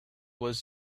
was